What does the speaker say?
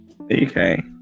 Okay